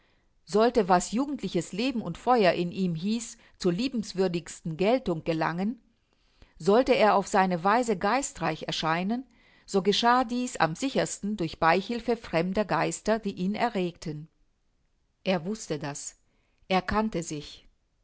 sollte was jugendliches leben und feuer in ihm hieß zur liebenswürdigsten geltung gelangen sollte er auf seine weise geistreich erscheinen so geschah dieß am sichersten durch beihilfe fremder geister die ihn erregten er wußte das er kannte sich